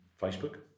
Facebook